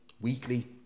weekly